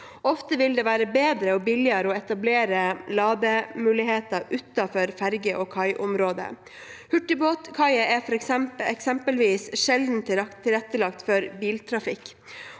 Ofte vil det være bedre og billigere å etablere lademuligheter utenfor ferge- og kaiområdet. Hurtigbåtkaier er eksempelvis sjelden tilrettelagt for biltrafikk,